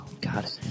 God